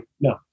No